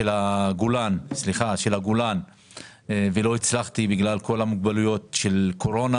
הגולן ולא הצלחתי בגלל כל המוגבלויות בגין הקורונה.